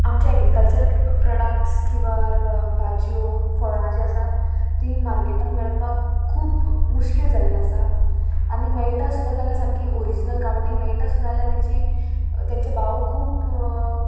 आमचे agriculture products किंवां भाजयो फळां जीं आसा तीं मार्केटान मेळपाक खूब मुश्कील जाल्लीं आसा आनी मेळटा सुद्दां जाल्यार सामकी ओरिजीनल गांवटी मेळटा जाल्यार सुद्दां जाल्यार तेंची तेंचे भाव खूब